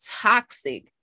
toxic